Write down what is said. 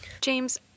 James